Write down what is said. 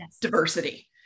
diversity